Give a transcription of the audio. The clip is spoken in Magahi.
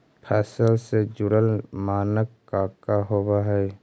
फसल से जुड़ल मानक का का होव हइ?